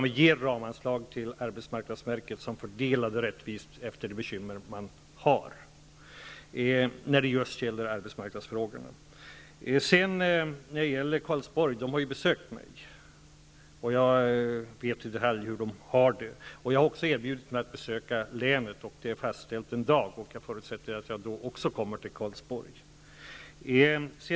Vi ger ramanslag till arbetsmarknadsverket, som fördelar det rättvist efter de bekymmer man har på arbetsmarknaden. Jag har haft besök från Karlsborg, och jag vet i detalj hur de har det där. Jag har också erbjudit mig att besöka länet, och en dag har fastställts. Jag förutsätter att jag då kommer till Karlsborg.